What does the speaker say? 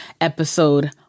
episode